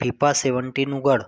FIFA seventeen उघड